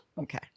okay